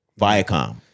Viacom